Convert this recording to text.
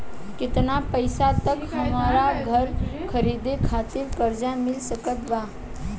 केतना पईसा तक हमरा घर खरीदे खातिर कर्जा मिल सकत बा?